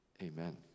Amen